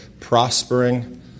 prospering